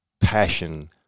passion